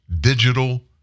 digital